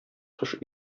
кош